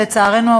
לצערנו,